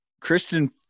Kristen